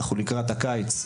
אנחנו נמצאים לקראת הקיץ,